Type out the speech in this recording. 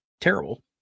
terrible